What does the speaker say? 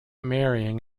marrying